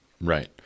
Right